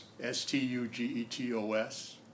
S-T-U-G-E-T-O-S